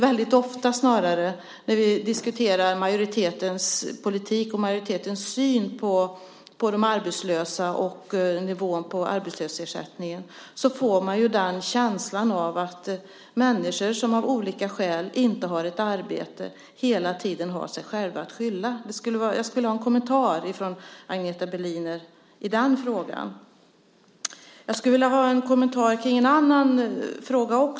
Väldigt ofta när vi diskuterar majoritetens politik och majoritetens syn på de arbetslösa och nivån på arbetslöshetsersättningen får man hela tiden känslan av att människor som av olika skäl inte har ett arbete har sig själva att skylla. Jag skulle vilja ha en kommentar från Agneta Berliner till den frågan. Jag skulle också vilja ha en kommentar kring en annan fråga.